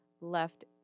left